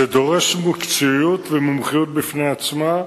זה דורש מקצועיות ומומחיות בפני עצמה.